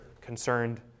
concerned